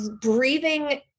breathing